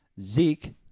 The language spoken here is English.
Zeke